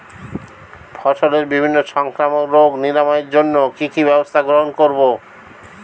ফসলের বিভিন্ন সংক্রামক রোগ নিরাময়ের জন্য কি কি ব্যবস্থা গ্রহণ করব?